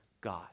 God